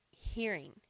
Hearing